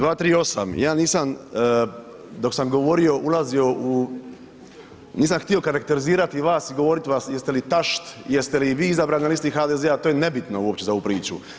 238., ja nisam dok sam govorio ulazio u, nisam htio karakterizirati vas i govoriti vam jeste li tašt, jeste li vi izabrani na listi HDZ-a, to je nebitno uopće za ovu priču.